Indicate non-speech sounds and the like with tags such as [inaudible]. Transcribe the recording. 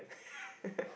[laughs]